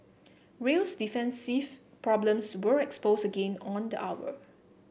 Real's defensive problems were exposed again on the hour